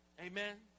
Amen